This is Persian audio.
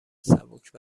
سبک